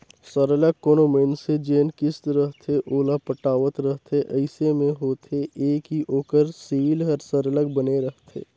सरलग कोनो मइनसे जेन किस्त रहथे ओला पटावत रहथे अइसे में होथे ए कि ओकर सिविल हर सरलग बने रहथे